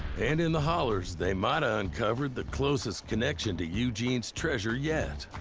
and in the hollers, they might've uncovered the closest connection to eugene's treasure yet.